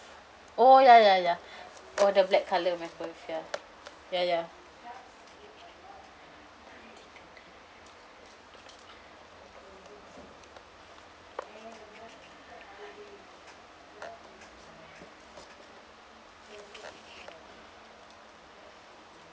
oh ya ya ya oh the black colour microwave ya ya ya